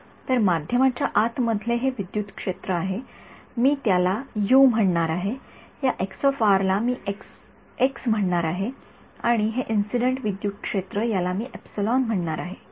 तर माध्यमाच्या आतमधले हे विद्युत क्षेत्र आहे मी त्याला यू म्हणणार आहे या ला मी एक्स म्हणणारआहे आणि हे इंसिडेन्ट विद्युत क्षेत्र याला मी म्हणणार आहे ठीक